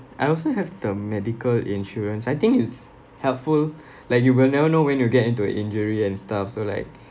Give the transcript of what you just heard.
I also have the medical insurance I think it's helpful like you will never know when you'll get into a injury and stuff so like